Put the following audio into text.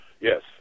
Yes